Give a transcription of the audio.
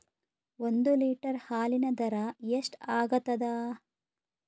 ಒಂದ್ ಲೀಟರ್ ಹಾಲಿನ ದರ ಎಷ್ಟ್ ಆಗತದ?